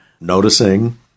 noticing